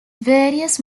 various